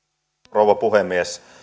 rouva puhemies